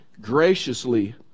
graciously